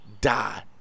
die